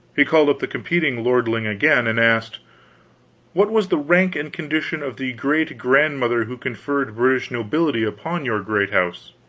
he called up the competing lordling again, and asked what was the rank and condition of the great-grandmother who conferred british nobility upon your great house?